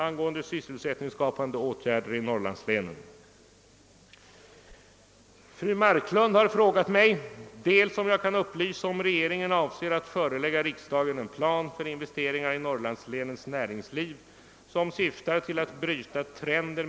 Vi menar att den ordning vi föreslagit är — såvitt nu kan bedömas — den effektivaste möjligheten för riksdagens ledamöter att få insyn i de statliga företagen.